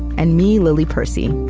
and me, lily percy.